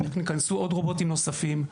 וייכנסו עוד רובוטים נוספים,